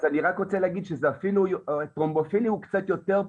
אז אני רק רוצה להגיד שזה אפילו טרומבופילי הוא קצת יותר פשוט.